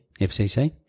FCC